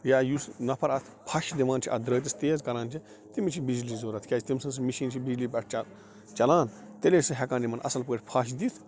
یا یُس نَفر اَتھ پھش دِوان چھُ اَتھ درٲتِس تیز کَران چھُ تٔمس چھِ بِجلی ضرورت کیٛاز تٔمۍ سٕنٛز سۄ مِشین چھِ بِجلی پٮ۪ٹھ چَلان تیٚلے چھُ ہیٚکان یِمن اصٕل پٲٹھۍ پھش دِتھ